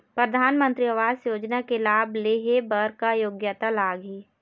परधानमंतरी आवास योजना के लाभ ले हे बर का योग्यता लाग ही?